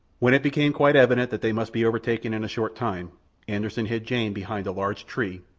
when it became quite evident that they must be overtaken in a short time anderssen hid jane behind a large tree,